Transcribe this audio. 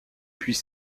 puis